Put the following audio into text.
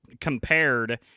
compared